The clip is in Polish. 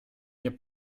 nie